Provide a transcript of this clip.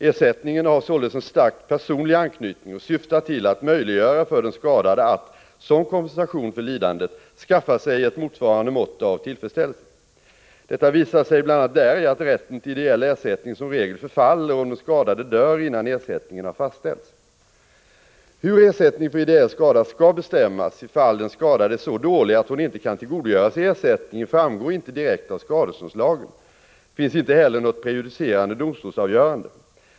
Ersättningen har således en starkt personlig anknytning och syftar till att möjliggöra för den skadade att — som kompensation för lidandet — skaffa sig ett motsvarande mått av tillfredsställelse. Detta visar sig bl.a. däri att rätten till ideell ersättning som regel förfaller om den skadade dör innan ersättningen har fastställts. Hur ersättning för ideell skada skall bestämmas ifall den skadade är så dålig att hon inte kan tillgodogöra sig ersättningen framgår inte direkt av skadeståndslagen. Det finns inte heller något prejudicerande domstolsavgörande.